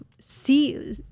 see